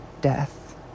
death